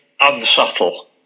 unsubtle